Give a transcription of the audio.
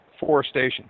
forestation